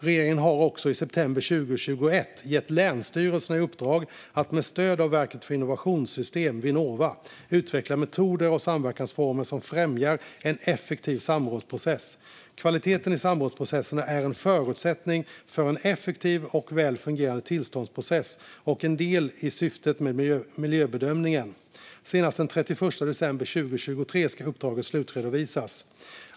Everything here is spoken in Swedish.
Regeringen har också i september 2021 gett länsstyrelserna i uppdrag att med stöd av Verket för innovationssystem, Vinnova, utveckla metoder och samverkansformer som främjar en effektiv samrådsprocess. Kvaliteten i samrådsprocessen är en förutsättning för en effektiv och väl fungerande tillståndsprocess och en del i syftet med miljöbedömningen. Senast den 31 december 2023 ska uppdraget slutredovisas.